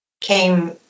came